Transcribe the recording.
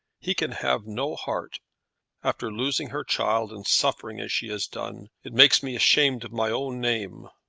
he can have no heart after losing her child and suffering as she has done. it makes me ashamed of my own name.